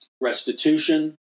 restitution